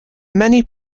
many